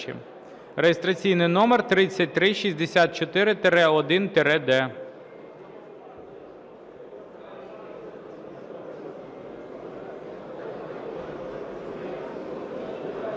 (реєстраційний номер 3364-1-д).